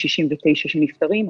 69 שנפטרים.